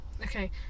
Okay